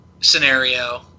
scenario